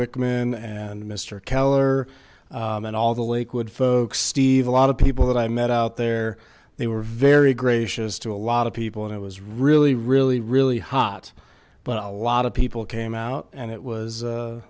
whitman and mr keller and all the lakewood folks steve a lot of people that i met out there they were very gracious to a lot of people and it was really really really hot but a lot of people came out and it was